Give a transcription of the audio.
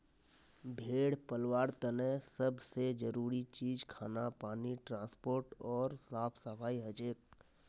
भेड़ पलवार तने सब से जरूरी चीज खाना पानी ट्रांसपोर्ट ओर साफ सफाई हछेक